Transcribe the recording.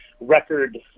Record